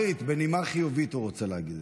אורית, בנימה חיובית הוא רוצה להגיד.